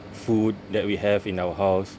food that we have in our house